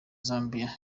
zambia